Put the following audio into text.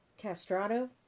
Castrato